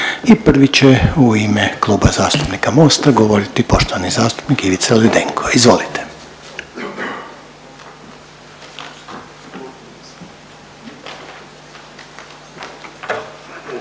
će završno u ime Kluba zastupnika HDZ-a govoriti poštovani zastupnik Zoran Gregurović. Izvolite.